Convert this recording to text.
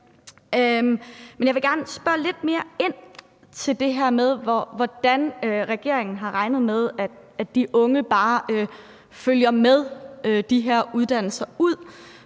Men jeg vil gerne spørge lidt mere ind til det her med, hvordan regeringen har regnet med at de unge bare følger med de her uddannelser ud.